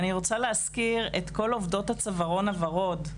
אני רוצה להזכיר את כל עובדות הצווארון הוורוד,